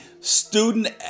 student